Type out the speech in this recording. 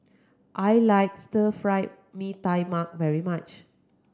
I like Stir Fried Mee Tai Mak very much